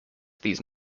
these